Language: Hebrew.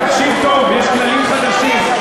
תקשיב טוב, יש כללים חדשים.